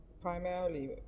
primarily